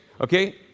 okay